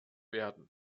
werden